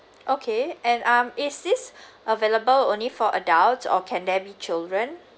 okay and um is this available only for adults or can there be children